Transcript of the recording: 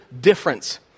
difference